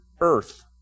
earth